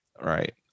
Right